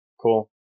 cool